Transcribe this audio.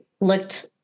looked